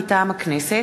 מטעם הכנסת: